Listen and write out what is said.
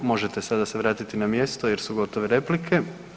Možete sada se vratiti na mjesto jer su gotove replike.